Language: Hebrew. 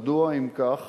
מדוע אם כך